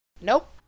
Nope